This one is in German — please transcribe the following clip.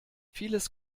vieles